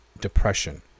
depression